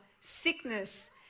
sickness